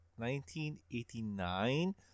1989